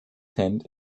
tent